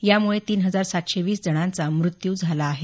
यामुळे तीन हजार सातशे वीस जणांचा मृत्यू झाला आहे